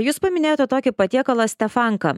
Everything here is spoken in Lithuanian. jūs paminėjote tokį patiekalą stefanka